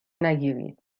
نگیرید